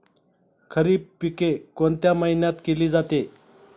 खरीप पिके कोणत्या महिन्यात केली जाते?